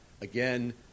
Again